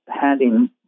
handing